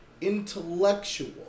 intellectual